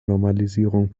normalisierung